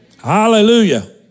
Hallelujah